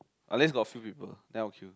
unless got few people that I'll queue